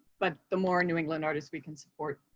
but the more new england artists we can support,